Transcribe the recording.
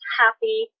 happy